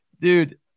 dude